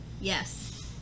Yes